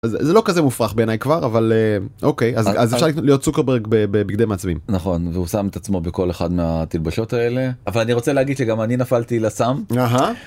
זה לא כזה מופרך בעיניי כבר אבל אוקיי אז אפשר להיות צוקרברג בבגדי מעצבים נכון והוא שם את עצמו בכל אחד מהתלבשות האלה אבל אני רוצה להגיד שגם אני נפלתי לסם.